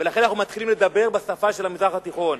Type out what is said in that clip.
לכן אנחנו מתחילים לדבר בשפה של המזרח התיכון.